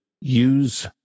use